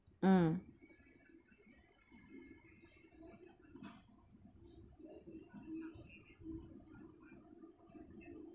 mm